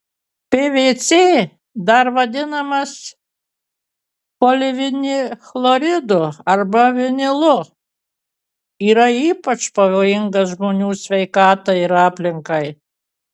pvc dar vadinamas polivinilchloridu ar vinilu yra ypač pavojingas žmonių sveikatai ir aplinkai